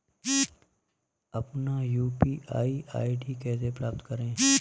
अपना UPI ID कैसे प्राप्त करें?